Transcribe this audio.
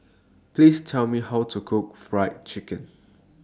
Please Tell Me How to Cook Fried Chicken